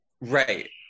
right